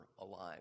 alive